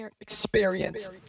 Experience